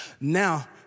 Now